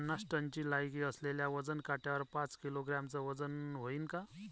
पन्नास टनची लायकी असलेल्या वजन काट्यावर पाच किलोग्रॅमचं वजन व्हईन का?